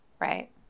right